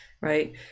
right